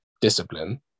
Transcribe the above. discipline